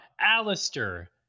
Alistair